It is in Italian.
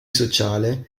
sociale